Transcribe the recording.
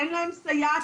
אין להם סייעת.